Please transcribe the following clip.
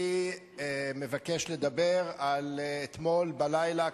אני מבקש לדבר על אתמול בלילה,